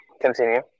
Continue